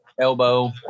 elbow